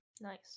Nice